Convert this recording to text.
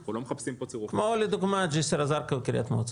אנחנו לא מחפשים פה -- כמו לדוגמה ג'סר א-זרקא וקרית מוצקין.